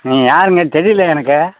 நீங்கள் யாருங்க தெரியல எனக்கு